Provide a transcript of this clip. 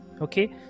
Okay